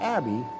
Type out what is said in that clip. Abby